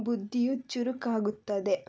ಬುದ್ಧಿಯು ಚುರುಕಾಗುತ್ತದೆ